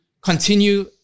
continue